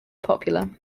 popular